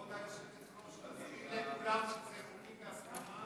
כבוד היושבת-ראש, תשימי לב שכולם חוקים בהסכמה.